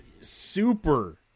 super